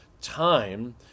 time